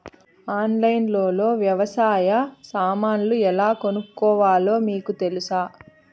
ఆన్లైన్లో లో వ్యవసాయ సామాన్లు ఎలా కొనుక్కోవాలో మీకు తెలుసా?